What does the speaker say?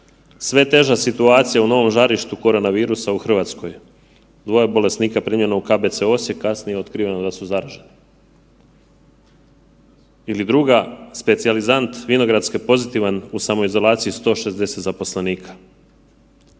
Sve teža situacija u novom žarištu korona virusa u Hrvatskoj, dvoje bolesnika primjeno u KBC Osijek kasnije otkriveno da su zaraženi. Ili druga, specijalizant vinogradske pozitivan, u samoizolaciji 160 zaposlenika.